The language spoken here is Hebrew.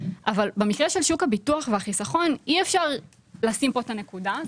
אבל במקרה של שוק הביטוח והחיסכון אי אפשר לשים כאן את הנקודה.